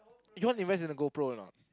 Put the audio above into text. you want to invest in the GoPro or not